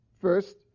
first